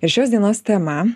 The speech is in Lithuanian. ir šios dienos tema